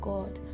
God